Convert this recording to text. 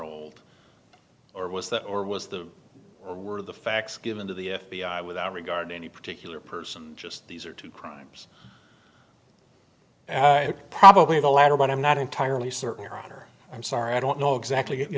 old or was that or was the word of the facts given to the f b i without regard to any particular person just these are two crimes probably the latter but i'm not entirely certain your honor i'm sorry i don't know exactly you